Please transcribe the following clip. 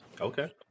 Okay